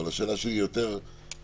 אבל השאלה שלי יותר משפטית.